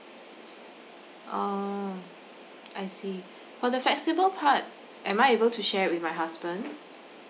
um I see for the flexible part am I able to share with my husband